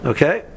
Okay